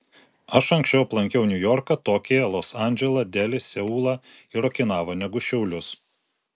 aš anksčiau aplankiau niujorką tokiją los andželą delį seulą ir okinavą negu šiaulius